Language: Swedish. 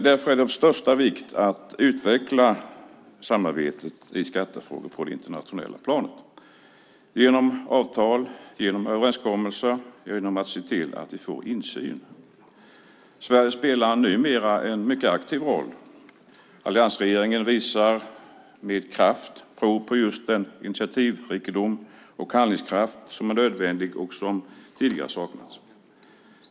Därför är det av största vikt att utveckla samarbetet i skattefrågor på det internationella planet genom avtal och överenskommelser och genom att se till att vi får insyn. Sverige spelar numera en mycket aktiv roll. Alliansregeringen visar prov på just den initiativrikedom och handlingskraft som är nödvändig och som tidigare har saknats.